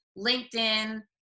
linkedin